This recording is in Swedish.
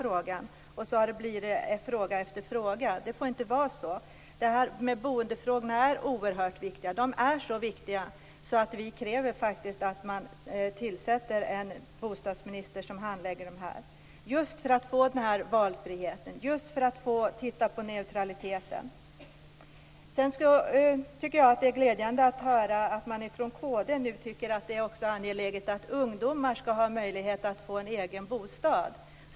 Så blir det i fråga efter fråga. Det får inte vara så. Boendefrågorna är oerhört viktiga. De är så viktiga att vi faktiskt kräver att man tillsätter en bostadsminister som handlägger dem - just för att få den här valfriheten, just för att titta på neutraliteten. Sedan är det glädjande att höra att också kd nu tycker att det är angeläget att ungdomar skall ha möjlighet att få egen bostad.